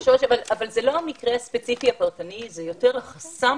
זה לא המקרה הספציפי הפרטני אלא זה יותר החסם